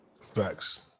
Facts